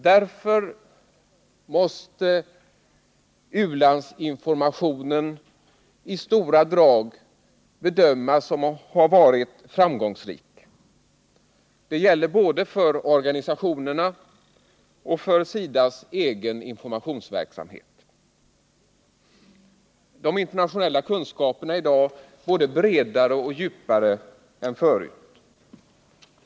Därför måste u-landsinformationen i stora drag bedömas ha varit framgångsrik. Det gäller både för organisationerna och för SIDA:s egen informationsverksamhet. De internationella kunskaperna är i dag både bredare och djupare än förut.